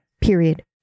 period